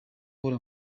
ahora